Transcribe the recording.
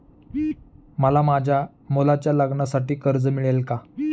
मला माझ्या मुलाच्या लग्नासाठी कर्ज मिळेल का?